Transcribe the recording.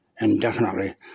indefinitely